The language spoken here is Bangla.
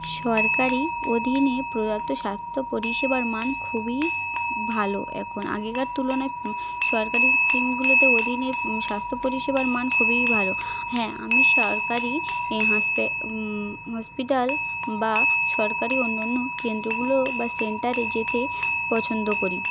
সরকারি অধীনে প্রয়াত স্বাস্থ্য পরিষেবার মান খুবই ভালো এখন আগেকার তুলনায় সরকারি স্কিমগুলোতে অধীনে স্বাস্থ্য পরিষেবার মান খুবই ভালো হ্যাঁ আমি সরকারি হাস্পে হসপিটাল বা সরকারি অন্য অন্য কেন্দ্রগুলো বা সেন্টারে যেতে পছন্দ করি